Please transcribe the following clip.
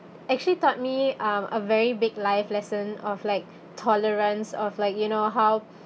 actually taught me um a very big life lesson of like tolerance of like you know how